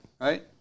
Right